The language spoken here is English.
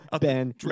Ben